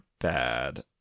bad